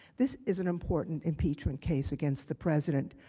this is an important impeachment case against the president.